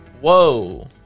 Whoa